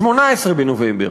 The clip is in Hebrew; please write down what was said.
ב-18 בנובמבר,